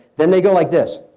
then they go like this.